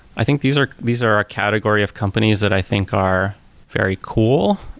i think these are these are ah category of companies that i think are very cool,